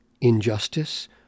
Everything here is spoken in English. injustice